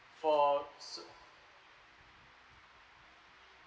for so